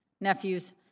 nephews